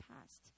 past